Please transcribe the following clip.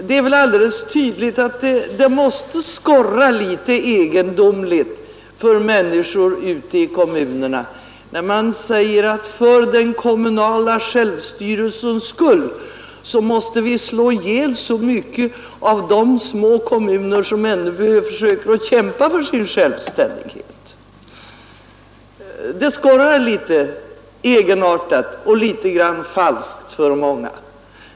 Det är väl alldeles tydligt att det måste skorra litet egendomligt för människor ute i kommunerna, när det sägs att för den kommunala självstyrelsens skull måste vi slå ihjäl så många av de små kommunerna som ännu försöker kämpa för sin självständighet. Det skorrar egenartat och en aning falskt för många.